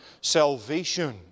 salvation